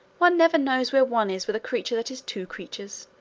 one never knows where one is with a creature that is two creatures,